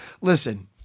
Listen